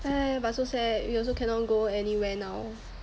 哎 but so sad you also cannot go anywhere now